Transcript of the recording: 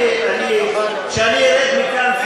כשאני ארד מכאן,